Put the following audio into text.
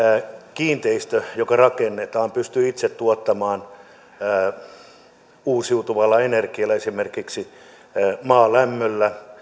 kiinteistö joka rakennetaan pystyy itse hyödyntämään uusiutuvaa energiaa esimerkiksi maalämpöä